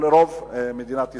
או לרוב מדינת ישראל.